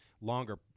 longer